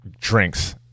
drinks